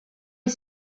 est